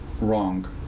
wrong